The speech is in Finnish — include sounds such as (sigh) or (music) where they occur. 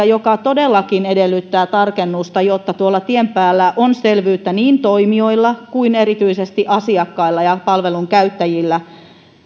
(unintelligible) joka todellakin edellyttää tarkennusta jotta tuolla tien päällä on selvyyttä niin toimijoilla kuin erityisesti asiakkailla ja palvelun käyttäjillä